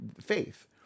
faith